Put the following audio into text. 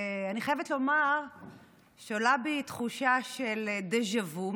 אני חייבת לומר שעולה בי תחושה של דז'ה וו,